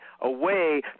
away